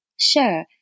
Sure